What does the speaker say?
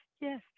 Yes